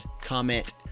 comment